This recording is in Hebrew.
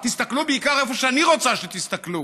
תסתכלו בעיקר איפה שאני רוצה שתסתכלו.